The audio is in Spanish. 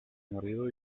marido